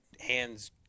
hands